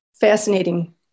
fascinating